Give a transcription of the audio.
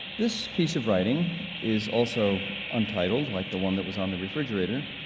this piece of writing is also untitled, like the one that was on the refrigerator,